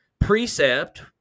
precept